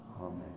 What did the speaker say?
Amen